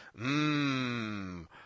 mmm